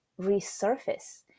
resurface